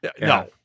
No